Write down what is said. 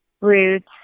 roots